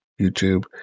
YouTube